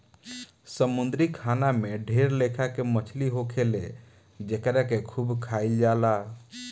समुंद्री खाना में ढेर लेखा के मछली होखेले जेकरा के खूब खाइल जाला